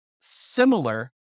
similar